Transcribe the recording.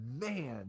man